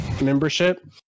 membership